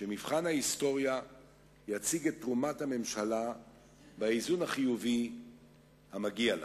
שמבחן ההיסטוריה יציג את תרומת הממשלה באיזון החיובי המגיע לה.